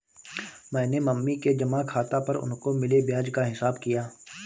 मैंने मम्मी के जमा खाता पर उनको मिले ब्याज का हिसाब किया